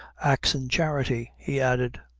axin' charity, he added.